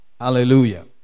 Hallelujah